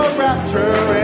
rapture